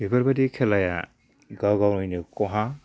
बेफोरबायदि खेलाया गाव गावनिनो खहा